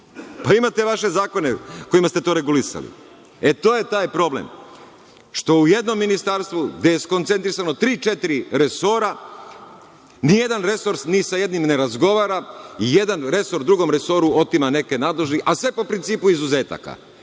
Pa, imate vaše zakone kojima ste to regulisali. E, to je taj problem, što u jednom ministarstvu gde je skoncentrisano tri, četiri resora, nijedan resor ni sa jednim ne razgovara, jedan resor drugom resoru otima neke nadležnosti, a sve po principu izuzetaka,